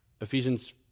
Ephesians